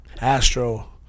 Astro